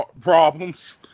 problems